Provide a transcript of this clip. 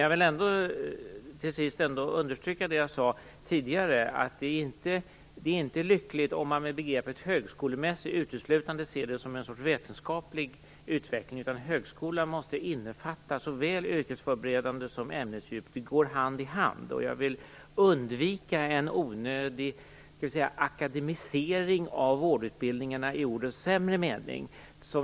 Jag vill till sist ändå understryka det jag sade tidigare, att det inte är lyckligt om man med begreppet högskolemässig uteslutande ser det som en sorts vetenskaplig utveckling. Högskolan måste innefatta såväl yrkesförberedande som ämnesdjup - det går hand i hand. Jag vill undvika en onödig akademisering av vårdutbildningarna i ordets sämre mening.